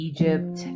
Egypt